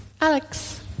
Alex